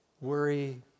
worry